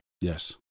Yes